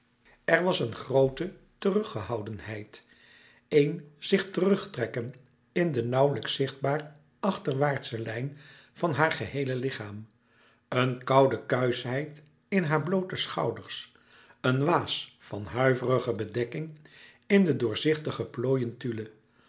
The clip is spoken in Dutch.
er was een groote teruggehoudenheid een zich terug trekken in de nauwlijks zichtbaar achterwaartsche lijn van haar geheele lichaam een koude kuischheid in hare bloote schouders een waas van huiverige bedekking in de doorzichtige plooien tulle